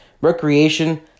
Recreation